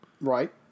Right